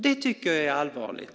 Det tycker jag är allvarligt.